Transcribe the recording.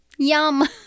yum